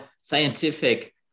scientific